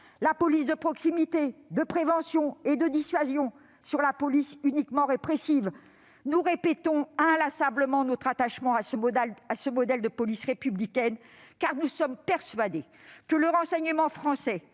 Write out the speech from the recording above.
la police de proximité, de prévention et de dissuasion sur la police uniquement répressive ? Nous répétons inlassablement notre attachement à ce modèle de police républicaine, car nous sommes persuadés que le renseignement français